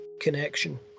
connection